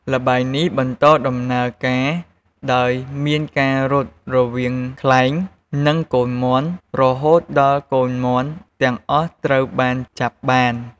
ល្បែងនេះបន្តដំណើរការដោយមានការរត់ រវាងខ្លែង និងកូនមាន់រហូតដល់កូនមាន់ទាំងអស់ត្រូវបានចាប់បាន ។